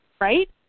right